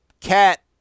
Cat